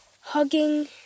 hugging